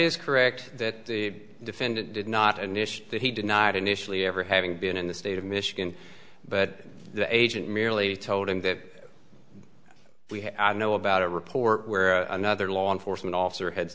is correct that the defendant did not initiate that he denied initially ever having been in the state of michigan but the agent merely told him that we had i know about a report where another law enforcement officer had